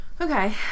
Okay